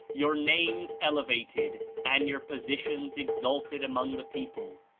your names elevated and your positions exalted among the people,